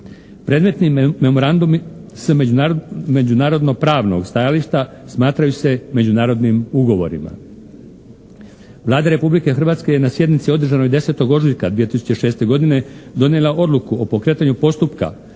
Predmetni memorandumi sa međunarodno-pravnog stajališta smatraju se međunarodnim ugovorima. Vlada Republike Hrvatske je na sjednici održanoj 10. ožujka 2006. godine donijela odluku o pokretanju postupka